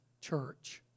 church